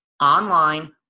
online